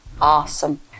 Awesome